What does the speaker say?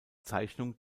zeichnung